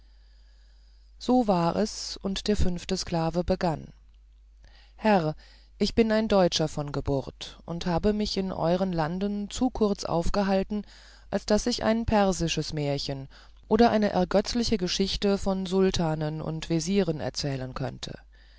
so war es und der fünfte sklave begann der affe als mensch herr ich bin ein deutscher von geburt und habe mich in euren landen zu kurz aufgehalten als daß ich ein persisches märchen oder eine ergötzliche geschichte von sultanen und vezieren erzählen könnte